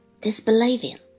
disbelieving